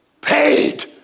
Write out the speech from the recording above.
paid